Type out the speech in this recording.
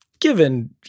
given